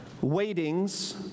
waitings